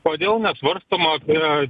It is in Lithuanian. kodėl nesvarstoma apie